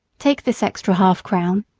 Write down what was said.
take this extra half-crown.